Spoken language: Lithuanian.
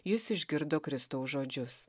jis išgirdo kristaus žodžius